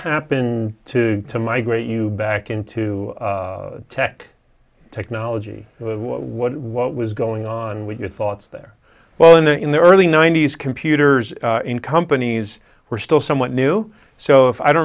happened to to migrate you back into tech technology what was going on with your thoughts there well in the in the early ninety's computers in companies were still somewhat new so if i don't